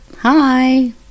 Hi